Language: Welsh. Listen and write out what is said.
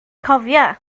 cofia